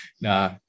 Nah